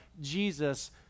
Jesus